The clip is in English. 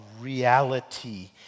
reality